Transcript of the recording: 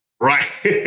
Right